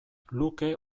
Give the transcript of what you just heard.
luke